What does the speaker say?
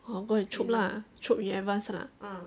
oh go and chope lah chope in advance